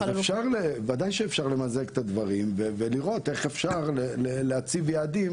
ודאי שאפשר למזג את הדברים ולראות איך אפשר להציב יעדים